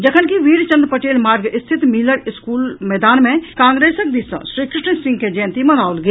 जखनकि वीरचंद पटेल मार्ग स्थित मिलर स्कूल मैदान मे कांग्रेसक दिस सॅ श्रीकृष्ण सिंह के जयंती मनाओल गेल